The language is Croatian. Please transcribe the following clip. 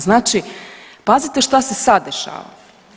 Znači, pazite šta se sad dešava.